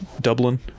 Dublin